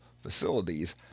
facilities